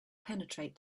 penetrate